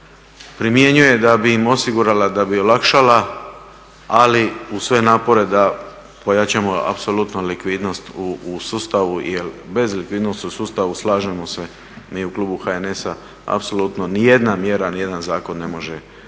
primjenjuje da bi im osigurala da bi olakšala ali uz sve napore da pojačamo apsolutno likvidnost u sustavu, jel bez likvidnosti u sustavu slažemo se mi u klubu HNS-a apsolutno ni jedna mjera, ni jedan zakon ne može doprinijeti